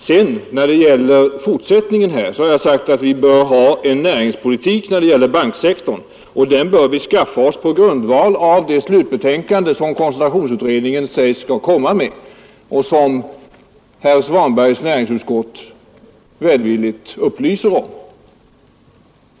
Sedan när det gäller fortsättningen har jag sagt att vi beträffande banksektorn bör bedriva en näringspolitik, som vi bör skaffa oss på grundval av det slutbetänkande som det sägs att koncentrationsutredningen skall komma med, vilket herr Svanbergs näringsutskott också välvilligt upplyser om.